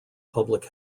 public